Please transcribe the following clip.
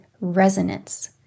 resonance